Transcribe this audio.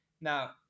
Now